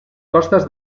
costes